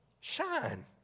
shine